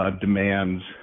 demands